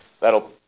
that'll